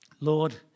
Lord